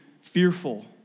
fearful